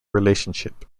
relationship